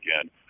again